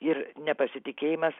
ir nepasitikėjimas